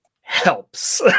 helps